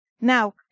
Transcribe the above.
now